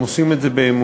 הם עושים את זה באמונה,